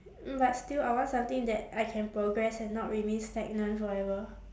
but still I want something that I can progress and not remain stagnant forever